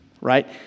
right